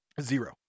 Zero